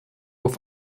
auf